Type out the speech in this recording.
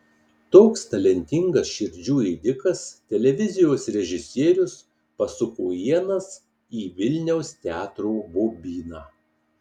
toks talentingas širdžių ėdikas televizijos režisierius pasuko ienas į vilniaus teatro bobyną